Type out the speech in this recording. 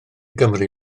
gymru